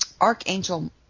Archangel